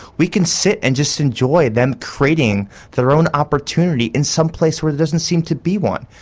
we can sit and just enjoy them creating their own opportunity in some place where there doesn't seem to be one.